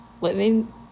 Living